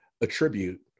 attribute